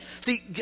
See